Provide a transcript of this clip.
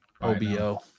obo